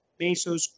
Mesos